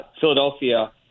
Philadelphia